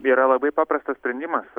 nėra labai paprastas sprendimas